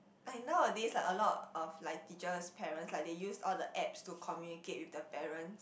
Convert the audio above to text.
like nowadays like a lot of like teachers parents like they use all the apps to communicate with the parents